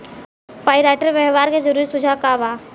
Pyrite व्यवहार के जरूरी सुझाव का वा?